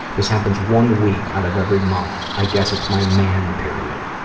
this happens one week out of every month. i guess it's my man period.